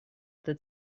этой